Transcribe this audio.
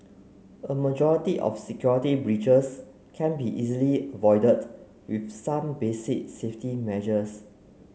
a majority of security breaches can be easily avoided with some basic safety measures